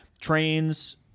trains